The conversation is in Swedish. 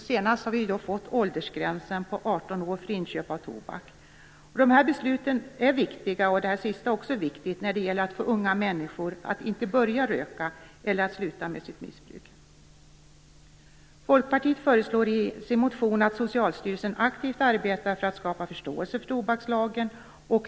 Senast har vi fått en åldersgräns på 18 år för inköp av tobak. Dessa beslut är viktiga när det gäller att få unga människor att inte börja röka eller att sluta med sitt missbruk.